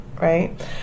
right